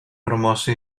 promosso